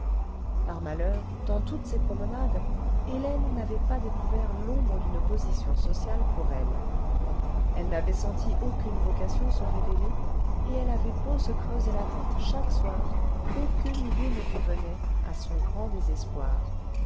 par malheur dans toutes ces promenades hélène n'avait pas découvert découvert d'une position sociale pour elle elle n'avait senti aucune vocation se révéler et elle avait beau se creuser la tête chaque soir aucune idée ne lui venait à son grand désespoir